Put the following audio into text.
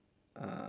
uh